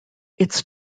its